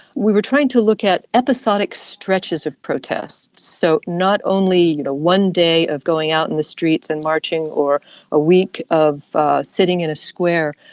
we were trying to look at episodic stretches of protest. so not only you know one day of going out on and the streets and marching, or a week of sitting in a square,